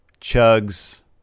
Chugs